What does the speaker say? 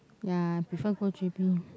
ya I prefer go j_b